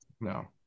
no